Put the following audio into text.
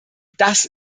das